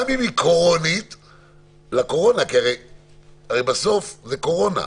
גם אם היא בגלל קורונה --- הרי בסוף זו קורונה,